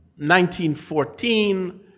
1914